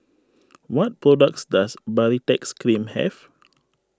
what products does Baritex Cream have